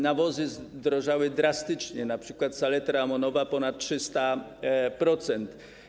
Nawozy zdrożały drastycznie, np. saletra amonowa ponad 300%.